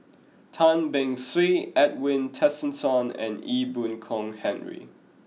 Tan Beng Swee Edwin Tessensohn and Ee Boon Kong Henry